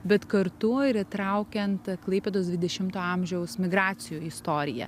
bet kartu ir įtraukiant klaipėdos dvidešimto amžiaus migracijų istoriją